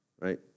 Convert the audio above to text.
Right